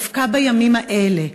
דווקא בימים האלה,